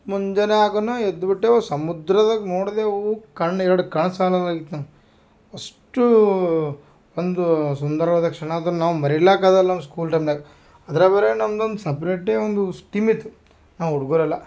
ಮುಂಜಾನೆ ಆಗೋನ ಎದ್ದು ಬಿಟ್ಟೇವು ಸಮುದ್ರದಾಗ ನೋಡಿದೆವು ಕಣ್ಣು ಎರಡು ಕಣ್ಣು ಸಾಲಲಾಗಿತ್ತು ನಂಗೆ ಅಷ್ಟೂ ಒಂದು ಸುಂದರವಾದ ಕ್ಷಣದವು ನಾವು ಮರಿಲಿಕ್ ಆಗೋಲ್ಲ ನಮ್ಮ ಸ್ಕೂಲ್ ಟೈಮ್ನಾಗ್ ಅದ್ರಾಗೆ ಬೇರೆ ನಮ್ದೊಂದು ಸಪ್ರೇಟೇ ಒಂದು ಸ್ ಟೀಮ್ ಇತ್ತು ನಾವು ಹುಡುಗರ್ ಎಲ್ಲ